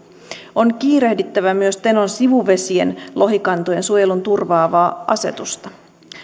on kiirehdittävä myös tenon sivuvesien lohikantojen suojelun turvaavaa asetusta